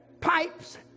pipes